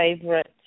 favorite